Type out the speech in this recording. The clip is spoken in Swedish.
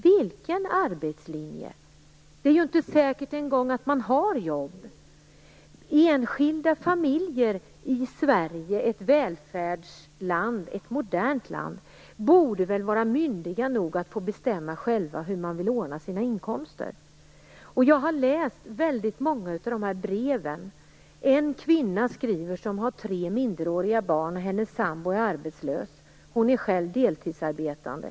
Vilken arbetslinje? Det är inte ens säkert att man har jobb. Enskilda familjer i Sverige - ett välfärdsland, ett modernt land - borde väl vara myndiga att själva bestämma hur de vill ordna sina inkomster? Jag har läst många brev. En kvinna har tre minderåriga barn, och hennes sambo är arbetslös. Hon är själv deltidsarbetande.